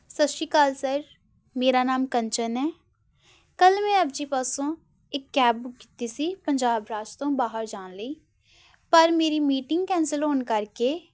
ਸਤਿ ਸ਼੍ਰੀ ਅਕਾਲ ਸਰ ਮੇਰਾ ਨਾਮ ਕੰਚਨ ਹੈ ਕੱਲ੍ਹ ਮੈਂ ਆਪ ਜੀ ਪਾਸੋਂ ਇੱਕ ਕੈਬ ਬੁੱਕ ਕੀਤੀ ਸੀ ਪੰਜਾਬ ਰਾਜ ਤੋਂ ਬਾਹਰ ਜਾਣ ਲਈ ਪਰ ਮੇਰੀ ਮੀਟਿੰਗ ਕੈਂਸਲ ਹੋਣ ਕਰਕੇ